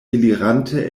elirante